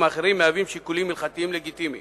האחרים מהווים שיקולים הלכתיים לגיטימיים